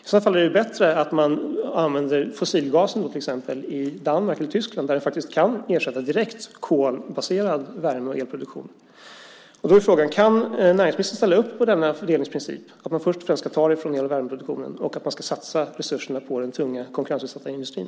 I så fall är det bättre att använda fossilgasen i Danmark eller Tyskland, där den direkt kan ersätta kolbaserad värme och elproduktion. Kan näringsministern ställa upp på denna fördelningsprincip, att först och främst ta från el och värmeproduktionen och att satsa resurserna på den tunga konkurrensutsatta industrin?